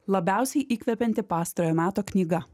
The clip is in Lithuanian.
labiausiai įkvepianti pastarojo meto knyga